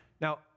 Now